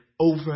over